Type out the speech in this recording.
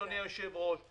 אדוני היושב-ראש,